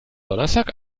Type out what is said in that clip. donnerstag